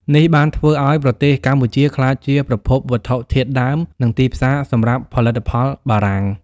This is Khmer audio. នេះបានធ្វើឱ្យប្រទេសកម្ពុជាក្លាយជាប្រភពវត្ថុធាតុដើម និងទីផ្សារសម្រាប់ផលិតផលបារាំង។